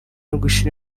ugushyira